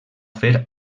fer